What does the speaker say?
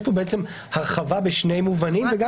יש פה בעצם הרחבה בשני מובנים וגם